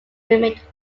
remained